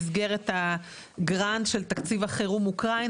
במסגרת הגראנד של תקציב החירום לאוקראינה,